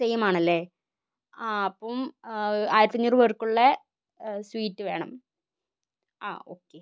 same ആണല്ലേ ആ അപ്പം ആയിരത്തഞ്ഞൂറ് പേർക്കുള്ള സ്വീറ്റ് വേണം ആ ഓക്കെ